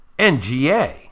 NGA